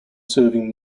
serving